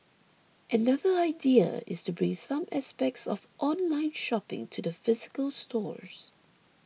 another idea is to bring some aspects of online shopping to the physical stores